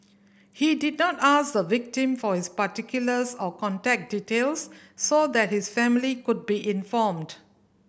he did not ask the victim for his particulars or contact details so that his family could be informed